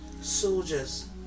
soldiers